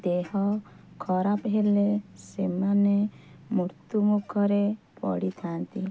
ଦେହ ଖରାପ ହେଲେ ସେମାନେ ମୃତ୍ୟୁମୁଖରେ ପଡ଼ିଥାନ୍ତି